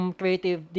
creative